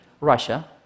Russia